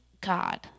God